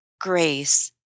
grace